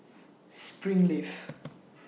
Springleaf